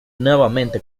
nuevamente